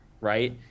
right